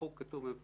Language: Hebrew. החוק אומר כך: